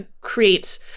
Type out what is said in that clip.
create